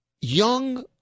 young